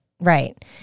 Right